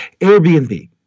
Airbnb